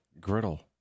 griddle